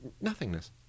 Nothingness